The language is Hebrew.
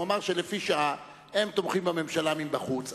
הוא אמר שלפי שעה הם תומכים בממשלה מבחוץ.